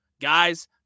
Guys